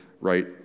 right